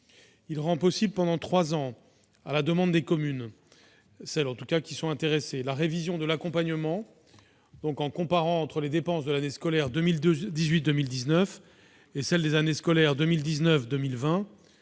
de rendre possible, pendant trois ans, à la demande des communes intéressées, la révision de l'accompagnement par une comparaison entre les dépenses de l'année scolaire 2018-2019 et celles des années scolaires 2019-2020